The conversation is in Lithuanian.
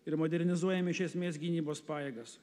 ir modernizuojam iš esmės gynybos pajėgas